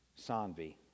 Sanvi